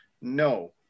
No